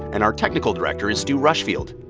and our technical director is stu rushfield.